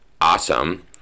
awesome